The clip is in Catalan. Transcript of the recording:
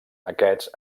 aquests